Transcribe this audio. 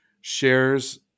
shares